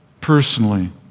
personally